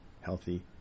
healthy